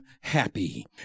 happy